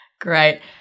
great